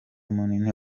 munini